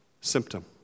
symptom